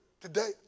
Today